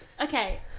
Okay